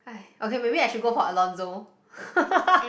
okay maybe I should go for Alonso